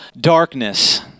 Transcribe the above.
darkness